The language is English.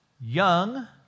Young